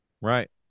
Right